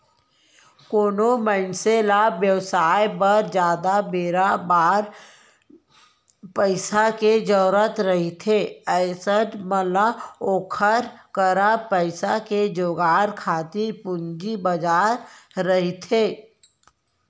कोनो मनसे ल बेवसाय बर जादा बेरा बर पइसा के जरुरत रहिथे अइसन म ओखर करा पइसा के जुगाड़ खातिर पूंजी बजार रहिथे